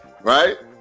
right